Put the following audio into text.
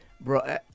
bro